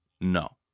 No